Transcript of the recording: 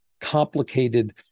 complicated